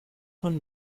von